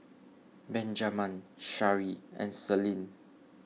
Benjaman Shari and Celine